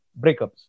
Breakups